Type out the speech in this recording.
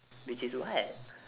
which is what